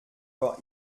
vor